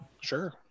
sure